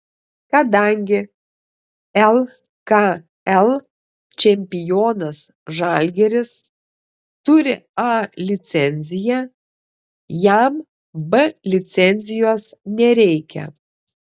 kadangi lkl čempionas žalgiris turi a licenciją jam b licencijos nereikia